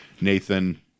Nathan